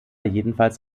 jedenfalls